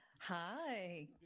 Hi